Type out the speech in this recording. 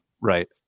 right